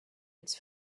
its